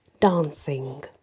dancing